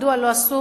מדוע לא עשו.